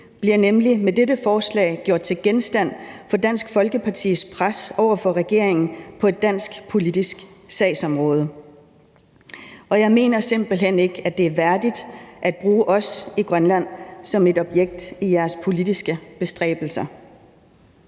bliver nemlig med dette forslag gjort til genstand for Dansk Folkepartis pres over for regeringen på et dansk politisk sagsområde. Jeg mener simpelt hen ikke, det er værdigt at bruge os i Grønland som et objekt i jeres politiske bestræbelser.